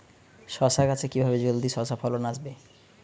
শশা গাছে কিভাবে জলদি শশা ফলন আসবে?